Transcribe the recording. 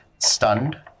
stunned